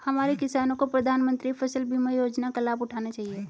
हमारे किसानों को प्रधानमंत्री फसल बीमा योजना का लाभ उठाना चाहिए